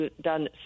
done